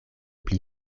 pli